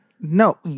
No